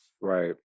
right